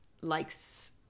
likes